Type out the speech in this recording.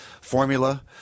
formula